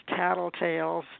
Tattletales